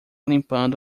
limpando